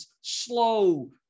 slow